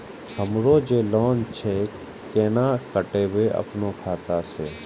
हमरो जे लोन छे केना कटेबे अपनो खाता से?